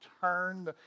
turn